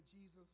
Jesus